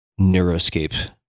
Neuroscape